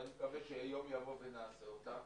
ואני מקווה שיום יבוא ונעשה אותה,